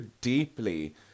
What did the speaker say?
deeply